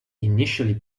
initially